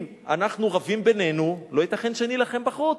אם אנחנו רבים בינינו לא ייתכן שנילחם בחוץ.